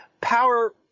power